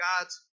God's